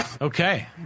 Okay